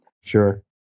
Sure